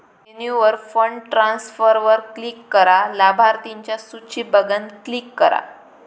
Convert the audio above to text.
मेन्यूवर फंड ट्रांसफरवर क्लिक करा, लाभार्थिंच्या सुची बघान क्लिक करा